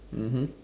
mmhmm